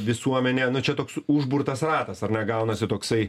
visuomenė nu čia toks užburtas ratas ar ne gaunasi toksai